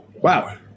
wow